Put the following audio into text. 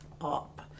up